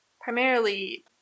primarily